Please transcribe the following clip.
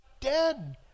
dead